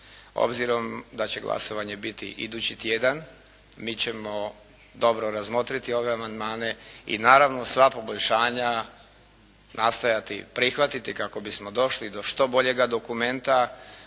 Obzirom da će glasovanje biti idući tjedan mi ćemo dobro razmotriti ove amandmane i naravno sva poboljšanja nastojati prihvatiti kako bismo došli do što boljega dokumenta